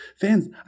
Fans